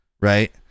right